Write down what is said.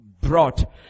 brought